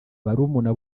barumuna